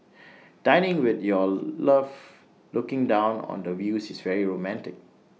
dining with your love looking down on the views is very romantic